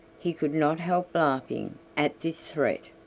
he could not help laughing at this threat.